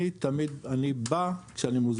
תמיד אני בא כשאני מוזמן.